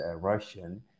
Russian